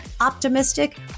optimistic